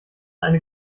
eine